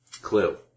Clue